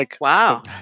Wow